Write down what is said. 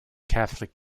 catholic